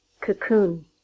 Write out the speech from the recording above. Cocoon